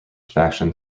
faction